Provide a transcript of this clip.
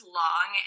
long